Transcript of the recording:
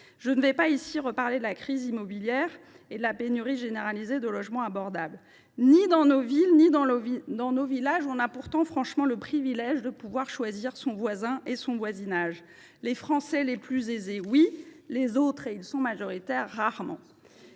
Je ne reviens pas sur la crise immobilière ou sur la pénurie généralisée de logements abordables. Dans nos villes comme dans nos villages, on n’a pas franchement le privilège de pouvoir choisir son voisin et son voisinage… Les Français les plus aisés, oui ; les autres – et ils sont majoritaires –, rarement.